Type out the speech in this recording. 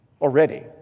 already